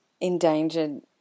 endangered